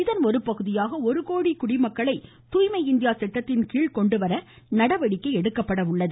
இதன் ஒரு பகுதியாக ஒரு கோடி குடிமக்களை துாய்மை இந்தியா திட்டத்தின்கீழ் கொண்டு வர நடவடிக்கை எடுக்கப்பட உள்ளது